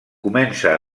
comença